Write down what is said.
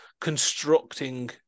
constructing